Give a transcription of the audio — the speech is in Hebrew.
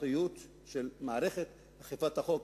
אחריות של מערכת אכיפת החוק,